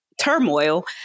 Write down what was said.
turmoil